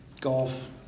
Golf